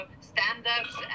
stand-ups